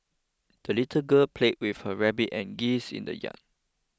the little girl played with her rabbit and geese in the yard